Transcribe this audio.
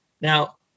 Now